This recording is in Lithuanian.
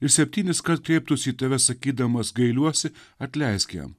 ir septyniskart kreiptųsi į tave sakydamas gailiuosi atleisk jam